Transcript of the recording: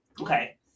Okay